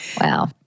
Wow